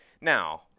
Now